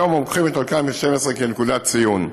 היום אנחנו לוקחים את 2012 כנקודת ציון,